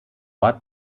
ort